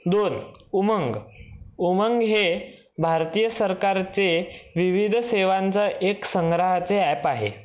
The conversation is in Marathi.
दोन उमंग उमंग हे भारतीय सरकारचे विविध सेवांचा एक संग्रहाचे ॲप आहे